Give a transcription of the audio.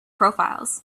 profiles